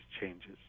changes